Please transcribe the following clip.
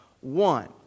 one